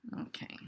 Okay